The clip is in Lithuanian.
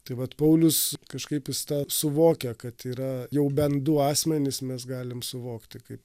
tai vat paulius kažkaip jis tą suvokia kad yra jau bent du asmenis mes galim suvokti kaip